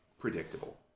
predictable